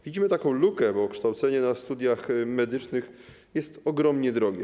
Widzimy taką lukę, bo kształcenie na studiach medycznych jest ogromnie drogie.